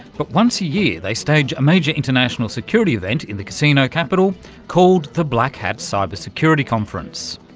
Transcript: but once a year they stage a major international security event in the casino capital called the black hat cybersecurity conference.